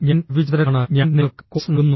ഞാൻ രവിചന്ദ്രനാണ് ഞാൻ നിങ്ങൾക്ക് കോഴ്സ് നൽകുന്നു